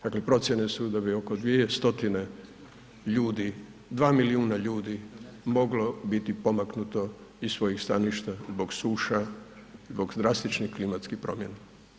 Dakle, procjene su da bi oko 2 stotine, 2 milijuna ljudi moglo biti pomaknuto iz svojih staništa zbog suša zbog drastičnih klimatskih promjena.